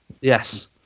Yes